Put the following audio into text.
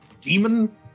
Demon